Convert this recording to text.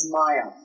Maya